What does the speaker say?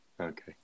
okay